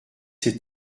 ses